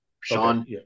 Sean